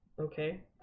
Okay